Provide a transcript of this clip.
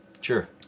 Sure